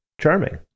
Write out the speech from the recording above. charming